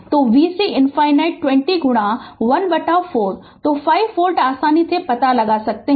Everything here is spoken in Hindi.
तो vc ∞ 20 गुणा 1 बटा 4 तो 5 वोल्ट आसानी से पता कर सकते हैं